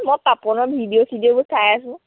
মই পাপনৰ ভিডিঅ' চিডিঅ'বোৰ চাই আছোঁ